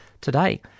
today